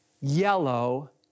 yellow